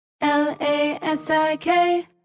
L-A-S-I-K